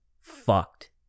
fucked